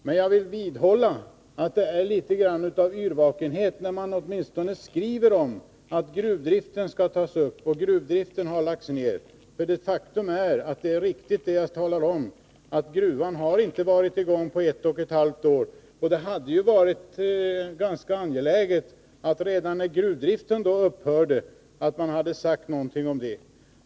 Men jag vill vidhålla att det är litet grand av yrvakenhet när man skriver om att gruvdriften skall tas upp och att gruvdriften har lagts ned. Faktum är att det är riktigt det jag talar om, nämligen att gruvan inte har varit i gång på ett och ett halvt år. Det hade varit ganska angeläget att man redan när gruvdriften upphörde hade sagt något om det.